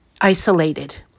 isolated